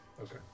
Okay